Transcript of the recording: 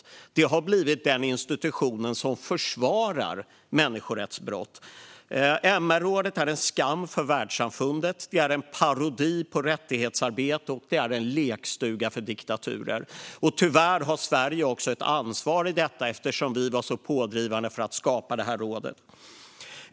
Men det har blivit den institution som försvarar människorättsbrott. MR-rådet är en skam för världssamfundet. Det är en parodi på rättighetsarbete, och det är en lekstuga för diktaturer. Tyvärr har Sverige också ett ansvar i detta, eftersom vi var så pådrivande för att skapa detta råd.